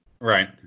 Right